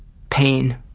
pain